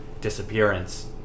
disappearance